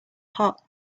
hot